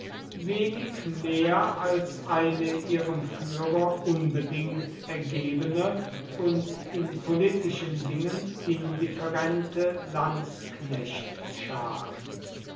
wenig mehr als eine ihrem führer unbedingt ergebene und in politischen dingen indifferente lanzknechtschar